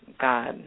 God